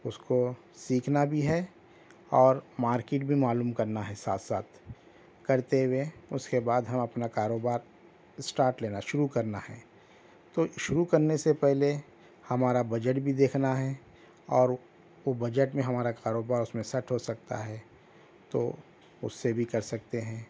اس کو سیکھنا بھی ہے اور مارکیٹ بھی معلوم کرنا ہے ساتھ ساتھ کرتے ہوئے اس کے بعد ہم اپنا کاروبار اسٹارٹ لینا شروع کرنا ہے تو شروع کرنے سے پہلے ہمارا بجٹ بھی دیکھنا ہے اور وہ بجٹ میں ہمارا کاروبار اس میں سیٹ ہو سکتا ہے تو اس سے بھی کر سکتے ہیں